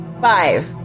Five